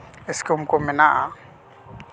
scheme ᱠᱚ ᱢᱮᱱᱟᱜᱼᱟ